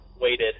waited